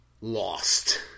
lost